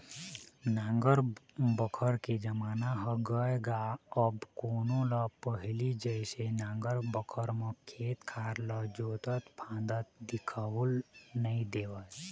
नांगर बखर के जमाना ह गय गा अब कोनो ल पहिली जइसे नांगर बखर म खेत खार ल जोतत फांदत दिखउल नइ देवय